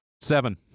Seven